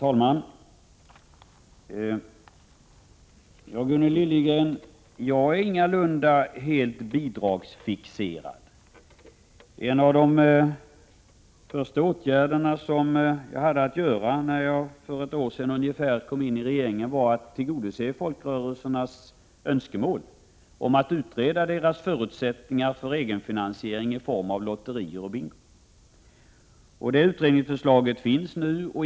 Herr talman! Jag är ingalunda helt bidragsfixerad, Gunnel Liljegren. En av de första åtgärderna jag fick vidta när jag för ungefär ett år sedan trädde till i regeringen var att tillgodose folkrörelsernas önskemål om att utreda deras förutsättningar för egenfinansiering i form av lotterier och bingo. Ett utredningsförslag finns nu.